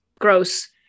gross